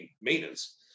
maintenance